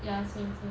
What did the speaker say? ya same same